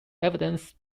evidence